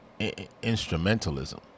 instrumentalism